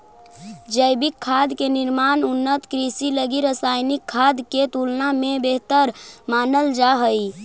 जैविक खाद के निर्माण उन्नत कृषि लगी रासायनिक खाद के तुलना में बेहतर मानल जा हइ